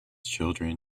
children